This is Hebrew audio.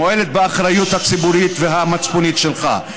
מועלת באחריות הציבורית והמצפונית שלך,